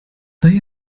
they